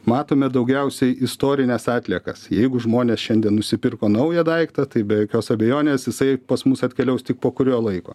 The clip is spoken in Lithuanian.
matome daugiausiai istorines atliekas jeigu žmonės šiandien nusipirko naują daiktą tai be jokios abejonės jisai pas mus atkeliaus tik po kurio laiko